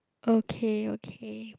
okay okay